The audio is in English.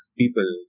people